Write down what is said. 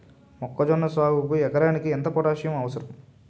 మొక్కజొన్న సాగుకు ఎకరానికి ఎంత పోటాస్సియం అవసరం?